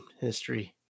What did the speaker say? history